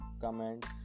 comment